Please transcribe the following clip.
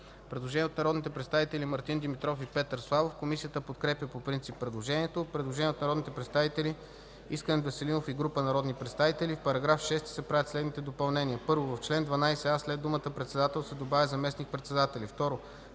предложението. Предложение на Мартин Димитров и Петър Славов. Комисията подкрепя по принцип предложението. Предложение от народните представители Искрен Веселинов и група народни представители: „В § 6 се правят следните допълнения: 1. В чл. 12а след думата „председател” се добавя „заместник-председатели”.